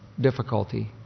difficulty